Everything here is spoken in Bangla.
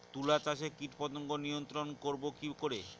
তুলা চাষে কীটপতঙ্গ নিয়ন্ত্রণর করব কি করে?